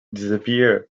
disappear